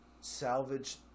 salvage